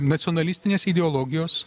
nacionalistinės ideologijos